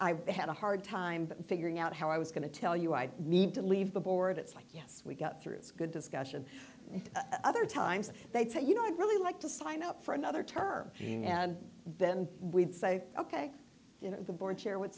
i had a hard time figuring out how i was going to tell you i need to leave the board it's like yes we got through it's good discussion other times they tell you know i'd really like to sign up for another term and then we'd say ok the board chair would